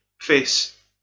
face